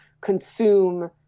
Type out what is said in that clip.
consume